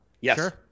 Yes